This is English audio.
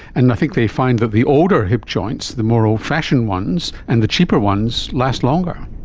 and i think they find that the older hip joints, the more old-fashioned ones and the cheaper ones last longer.